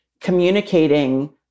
communicating